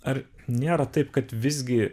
ar nėra taip kad visgi